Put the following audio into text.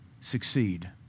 succeed